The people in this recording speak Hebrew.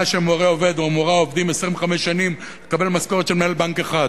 שהמורה או המורָה עובדים 25 שנים ומקבלים משכורת של מנהל בנק אחד.